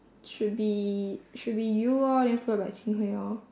should be should be you lor then followed by jing hui lor